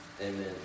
Amen